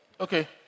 Okay